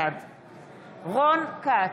בעד רון כץ,